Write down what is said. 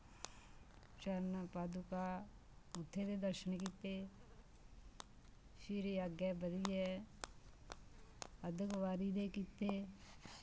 चरण पादुका उत्थें दे दर्शन कीते फिर अग्गै बदियै अद्द कवारी दे कीते